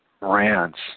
rants